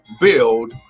build